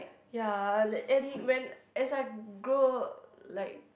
ya like and when as I grow like